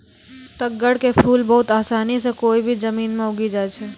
तग्गड़ के फूल बहुत आसानी सॅ कोय भी जमीन मॅ उगी जाय छै